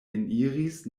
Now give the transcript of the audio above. eniris